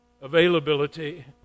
availability